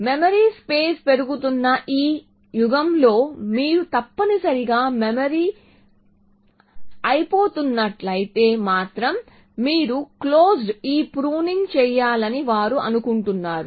memory space పెరుగుతున్న ఈ యుగంలో మీరు తప్పనిసరిగా మెమరీ అయిపోతున్నట్లయితే మాత్రమే మీరు క్లోజ్డ్ ఈ ప్రూనింగ్ చేయాలని వారు అంటున్నారు